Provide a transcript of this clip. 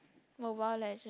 mobile legend